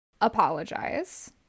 apologize